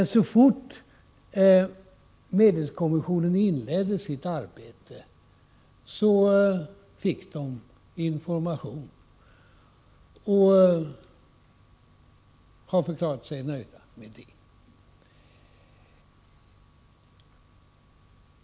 Så fort medlingskommissionens ledamöter inlett sitt arbete fick de information, och de har förklarat sig nöjda med det.